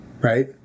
right